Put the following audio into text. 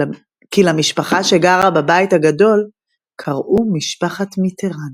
כי למשפחה שגרה בבית הגדול קראו משפחת מיטראן.